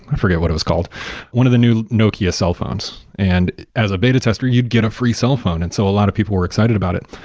i forget what it was called one of the new nokia cellphones. and as a beta tester, you'd get a free cellphone, and so a lot of people were excited about it,